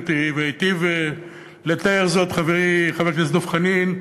והיטיב לתאר זאת חברי חבר הכנסת דב חנין,